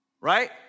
right